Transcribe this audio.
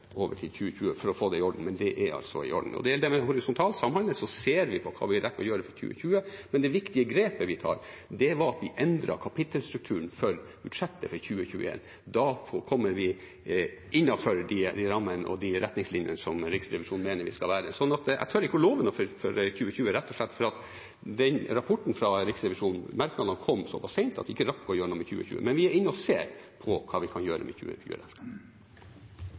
over til 2020 for å få det i orden, men det er altså i orden nå. Med horisontal samhandling ser vi på hva vi rekker å gjøre for 2020, men det viktige grepet vi tar, er at vi endret kapittelstrukturen for budsjettet for 2021. Da kommer vi innenfor de rammene og de retningslinjene der Riksrevisjonen mener vi skal være. Jeg tør ikke love noe for 2020, rett og slett fordi rapporten fra Riksrevisjonen med merknader kom såpass sent at vi ikke rakk å gjøre noe med 2020. Men vi er inne og ser på hva vi kan gjøre med